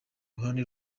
ruhande